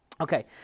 Okay